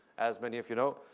as many of you know,